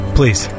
Please